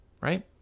right